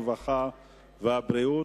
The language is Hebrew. הרווחה והבריאות.